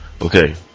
Okay